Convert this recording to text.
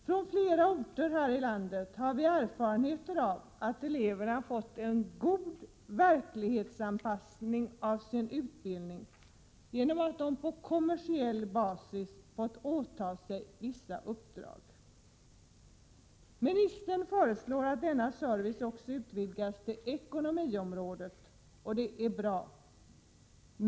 Från flera orter här i landet har vi erfarenheter av att eleverna har fått en god verklighetsanpass tiska insatser i delar av Bergslagen och norra Sveriges inland ning av sin utbildning genom att de på kommersiell basis har fått åta sig vissa uppdrag. Ministern föreslår att denna service skall utvidgas till ekonomiområdet. Det är bra.